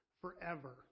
forever